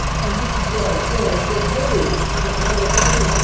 and this is what i said. i said, hey, colonel trumble, i said, listen.